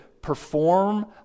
perform